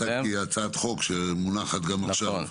גם הצגתי הצעת חוק, שמונחת גם עכשיו.